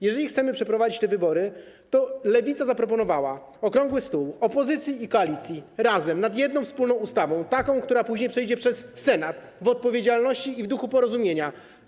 Jeżeli chcemy przeprowadzić te wybory, to Lewica zaproponowała okrągły stół opozycji i koalicji, razem, nad jedną wspólną ustawą, taką, która później przejdzie przez Senat, w odpowiedzialności i w duchu porozumienia.